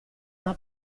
una